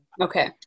okay